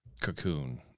cocoon